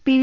P V